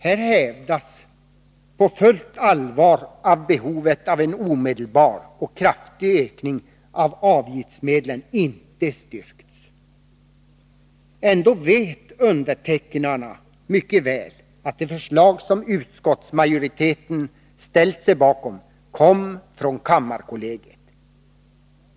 Här hävdas på fullt allvar att behovet av en omedelbar och kraftig ökning av avgiftsmedlen inte styrkts. Ändå vet undertecknarna mycket väl att det förslag som utskottsmajoriteten ställt sig bakom kom från kammarkollegiet.